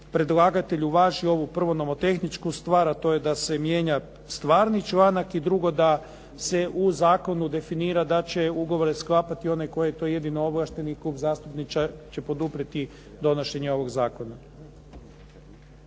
predlagatelj uvaži ovu prvo nomotehničku stvar, a to je da se mijenja stvarni članak i drugo da se u zakonu definira da će ugovore sklapati onaj koji je to jedino ovlašten i Klub zastupnika će poduprijeti donošenje ovog zakona.